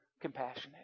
compassionate